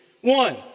One